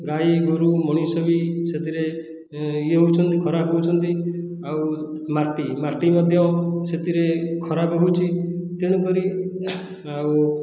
ଗାଈ ଗୋରୁ ମଣିଷ ବି ସେଥିରେ ଇଏ ହେଉଛନ୍ତି ଖରାପ ହେଉଛନ୍ତି ଆଉ ମାଟି ମାଟି ମଧ୍ୟ ସେଥିରେ ଖରାପ ହେଉଛି ତେଣୁକରି ଆଉ